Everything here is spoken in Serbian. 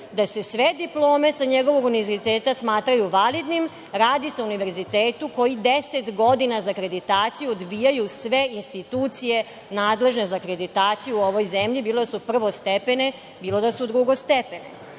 da se sve diplome sa njegovog univerziteta smatraju validnim, a radi se o univerzitetu koji 10 godina za akreditaciju odbijaju sve institucije nadležne za akreditaciju u ovoj zemlji, bilo da su prvostepene, bilo da su drugostepene. Kada